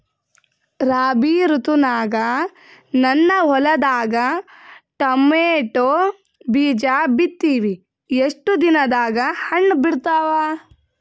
ರಾಬಿ ಋತುನಾಗ ನನ್ನ ಹೊಲದಾಗ ಟೊಮೇಟೊ ಬೀಜ ಬಿತ್ತಿವಿ, ಎಷ್ಟು ದಿನದಾಗ ಹಣ್ಣ ಬಿಡ್ತಾವ?